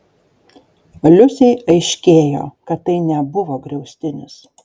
liusei aiškėjo kad tai nebuvo griaustinis